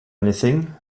anything